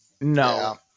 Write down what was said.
no